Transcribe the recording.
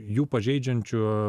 jų pažeidžiančių